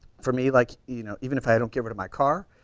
for me like you know even if i don't get rid of my car,